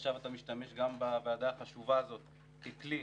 ועכשיו אתה משתמש גם בוועדה החשובה הזאת ככלי